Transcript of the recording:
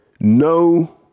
No